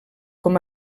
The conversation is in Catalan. com